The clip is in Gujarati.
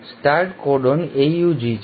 સ્ટાર્ટ કોડોન AUG છે